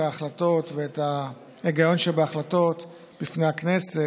ההחלטות ואת ההיגיון שבהחלטות בפני הכנסת.